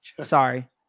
Sorry